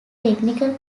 technical